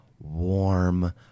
warm